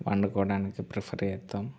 వండుకోడానికి prefer చేస్తాం